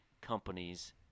companies